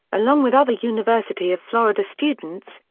along with other university of florida students,